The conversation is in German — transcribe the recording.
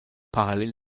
parallel